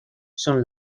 son